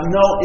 no